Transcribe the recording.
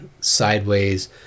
sideways